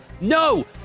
no